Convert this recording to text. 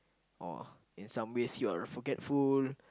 or in some ways you are forgetful